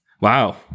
Wow